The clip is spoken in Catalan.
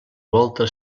volta